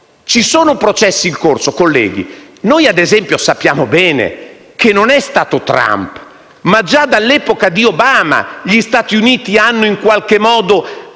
Ci sono processi in corso, colleghi. Noi, ad esempio, sappiamo bene che non è stato Trump, ma che già dall'epoca di Obama gli Stati Uniti hanno in qualche modo